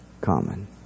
common